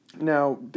Now